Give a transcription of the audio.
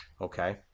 Okay